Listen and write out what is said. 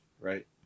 Right